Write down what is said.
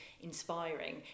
inspiring